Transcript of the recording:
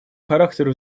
характер